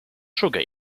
sugar